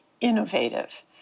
innovative